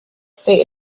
say